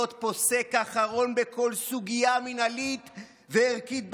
פוסק אחרון בכל סוגיה מינהלית וערכית במדינה.